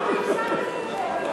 למה הפסקת לדבר?